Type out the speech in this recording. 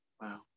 Wow